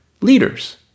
leaders